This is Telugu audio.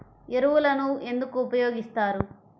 ఎరువులను ఎందుకు ఉపయోగిస్తారు?